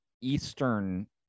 Eastern